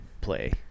play